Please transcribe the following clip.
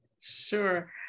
Sure